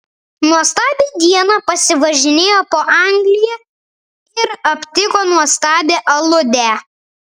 nuostabią dieną pasivažinėjo po angliją ir aptiko nuostabią aludę